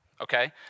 okay